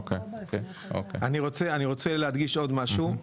אני רוצה להדגיש עוד משהו,